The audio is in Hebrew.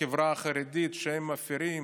בחברה החרדית, שהם מפירים